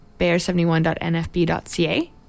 bear71.nfb.ca